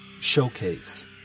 showcase